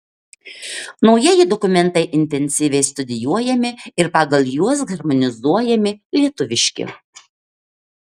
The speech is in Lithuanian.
naujieji dokumentai intensyviai studijuojami ir pagal juos harmonizuojami lietuviški